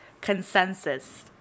Consensus